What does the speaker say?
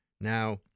Now